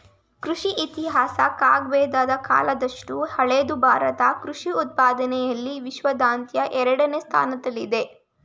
ಕೃಷಿ ಇತಿಹಾಸ ಋಗ್ವೇದ ಕಾಲದಷ್ಟು ಹಳೆದು ಭಾರತ ಕೃಷಿ ಉತ್ಪಾದನೆಲಿ ವಿಶ್ವಾದ್ಯಂತ ಎರಡನೇ ಸ್ಥಾನದಲ್ಲಿದೆ